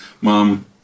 Mom